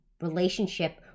relationship